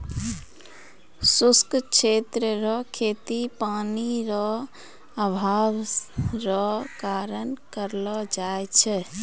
शुष्क क्षेत्र रो खेती पानी रो अभाव रो कारण करलो जाय छै